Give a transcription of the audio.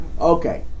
okay